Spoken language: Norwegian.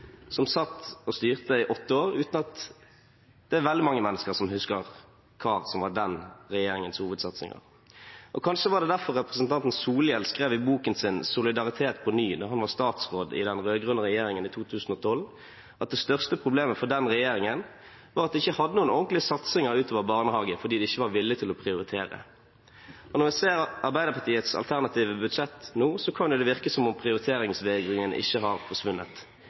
som satt og styrte i åtte år uten at det er veldig mange mennesker som husker hva som var den regjeringens hovedsatsinger. Kanskje var det derfor representanten Solhjell skrev i boken sin «Solidaritet på ny», da han var statsråd i den rød-grønne regjeringen i 2012, at det største problemet for den regjeringen var at de ikke hadde noen ordentlige satsinger utover barnehage, fordi de ikke var villige til å prioritere. Når jeg ser Arbeiderpartiets alternative budsjett nå, kan det virke som prioriteringsvegringen ikke har forsvunnet.